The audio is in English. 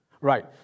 Right